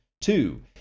Two